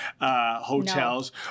hotels